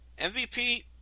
MVP